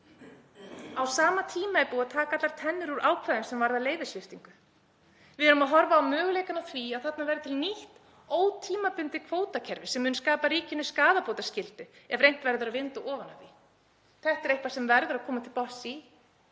Á sama tíma er búið að taka allar tennur úr ákvæðum sem varða leyfissviptingu. Við erum að horfa á möguleikann á því að þarna verði til nýtt ótímabundið kvótakerfi sem mun skapa ríkinu skaðabótaskyldu ef reynt verður að vinda ofan af því. Þetta er eitthvað sem verður að komast til botns í